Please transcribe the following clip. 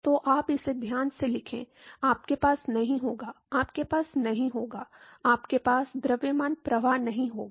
तो आप इसे ध्यान से लिखें आपके पास नहीं होगा आपके पास नहीं होगा आपके पास द्रव्यमान प्रवाह नहीं होगा